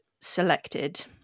selected